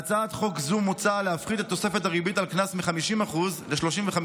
בהצעת חוק זו מוצע להפחית את תוספת הריבית על קנס מ-50% ל-35%,